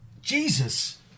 Jesus